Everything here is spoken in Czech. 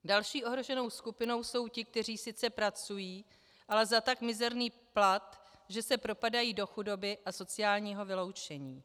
Další ohroženou skupinou jsou ti, kteří sice pracují, ale za tak mizerný plat, že se propadají do chudoby a sociálního vyloučení.